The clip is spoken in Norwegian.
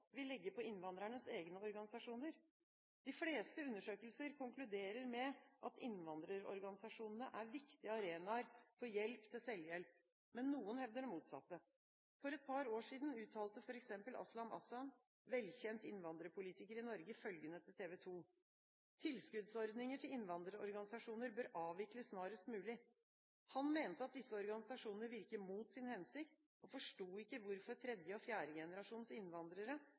vi legge på innvandrernes egne organisasjoner? De fleste undersøkelser konkluderer med at innvandrerorganisasjonene er viktige arenaer for «hjelp til selvhjelp». Men noen hevder det motsatte. For et par år siden uttalte f.eks. Aslam Ahsan, velkjent innvandrerpolitiker i Norge, følgende til TV 2: «Tilskuddsordninger til innvandrerorganisasjoner bør avvikles snarest mulig.» Han mente at disse organisasjonene virker mot sin hensikt og forsto ikke hvorfor tredje- og fjerdegenerasjons innvandrere